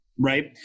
Right